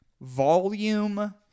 Volume